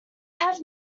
have